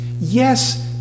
Yes